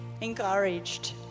encouraged